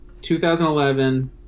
2011